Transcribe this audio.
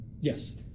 Yes